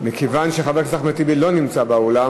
מכיוון שחבר הכנסת אחמד טיבי לא נמצא באולם,